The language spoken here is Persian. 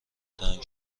تنگ